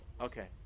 Okay